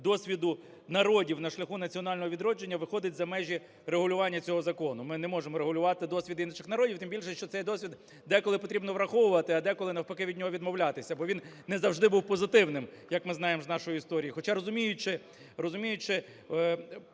досвіду народів на шляху національного відродження виходить за межі регулювання цього закону. Ми не можемо регулювати досвід інших народів. Тим більше, що цей довід деколи потрібно враховувати, а деколи навпаки від нього відмовлятися, бо він не завжди був позитивним, як ми знаємо з нашої історії. Хоча, розуміючи